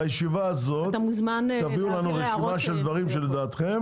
לישיבה הזאת תביאו לנו רשימה של דברים שלדעתכם